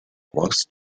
was